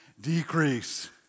decrease